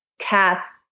tasks